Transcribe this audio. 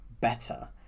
better